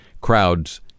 crowds